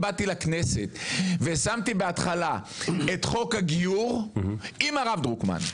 באתי לכנסת ושמתי בהתחלה את חוק הגיור עם הרב דרוקמן.